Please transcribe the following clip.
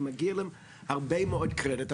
ומגיע להם הרבה מאוד קרדיט.